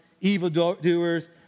evildoers